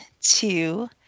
two